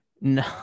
No